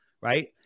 right